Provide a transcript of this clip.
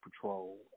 patrol